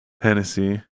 Hennessy